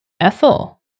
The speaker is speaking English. ethel